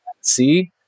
See